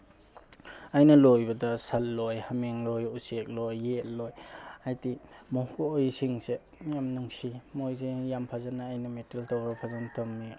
ꯑꯩꯅ ꯂꯣꯏꯕꯗ ꯁꯟ ꯂꯣꯏ ꯍꯥꯃꯦꯡ ꯂꯣꯏ ꯎꯆꯦꯛ ꯂꯣꯏ ꯌꯦꯟ ꯂꯣꯏ ꯍꯥꯏꯗꯤ ꯃꯈꯣꯏꯁꯤꯡꯁꯦ ꯌꯥꯝ ꯅꯨꯡꯁꯤ ꯃꯣꯏꯁꯦ ꯌꯥꯝ ꯐꯖꯅ ꯑꯩꯅ ꯃꯦꯟꯇꯦꯟ ꯇꯧꯔꯒ ꯐꯖꯅ ꯊꯝꯃꯤ